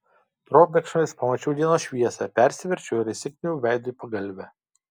probėgšmais pamačiau dienos šviesą persiverčiau ir įsikniaubiau veidu į pagalvę